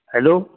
hello